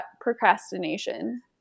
procrastination